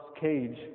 cage